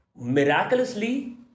Miraculously